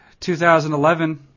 2011